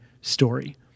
story